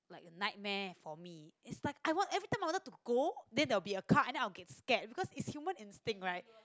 nightmare for me is like I want every time I wanted to go then there will be a car and then I will get scared because it's human instinct right